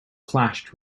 clashed